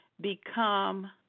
become